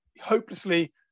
hopelessly